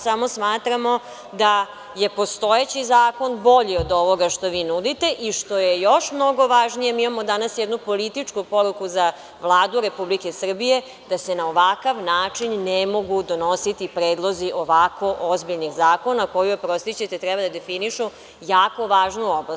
Samo smatramo da je postojeći zakon bolji od ovoga što vi nudite i što je još mnogo važnije, mi imamo danas jednu političku poruku za Vladu Republike Srbije, da se na ovakav način ne mogu donositi predlozi ovako ozbiljnih zakona, koji oprostićete, treba da definišu jako važnu oblast.